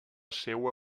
seua